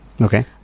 Okay